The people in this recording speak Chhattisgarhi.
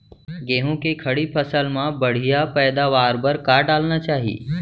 गेहूँ के खड़ी फसल मा बढ़िया पैदावार बर का डालना चाही?